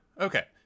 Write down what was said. okay